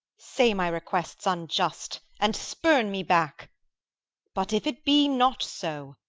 say my request's unjust, and spurn me back but if it be not so,